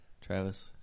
Travis